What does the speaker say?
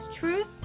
Truth